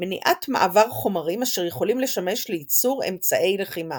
מניעת מעבר חומרים אשר יכולים לשמש לייצור אמצעי לחימה.